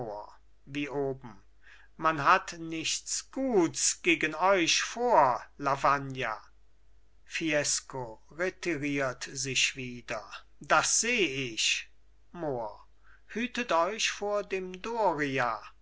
wie oben man hat nichts guts gegen euch vor lavagna fiesco retiriert sich wieder das seh ich mohr hütet euch vor dem doria